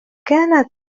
كانت